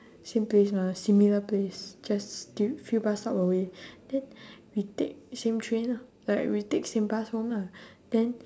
same place mah similar place just few few bus stop away then we take same train lah like we take same bus home lah then